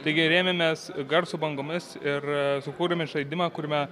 taigi rėmėmės garso bangomis ir sukūrėme žaidimą kuriame